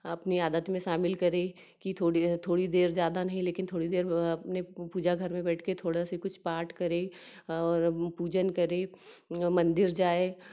अपनी आदत में शामिल करें कि थोड़ी थोड़ी देर ज्यादा नहीं लेकिन थोड़ी देर अपने पूजा घर में बैठ कर थोड़ा सी कुछ पाठ करें और पूजन करें मंदिर जाए